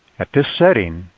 at this setting,